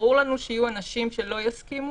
ברור לנו שיהיו אנשים שלא יסכימו,